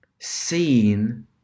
seen